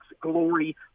glory